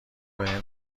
بهم